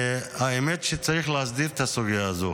האמת היא שצריך להסדיר את הסוגיה הזו.